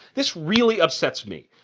this really upsets me.